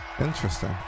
Interesting